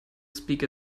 speak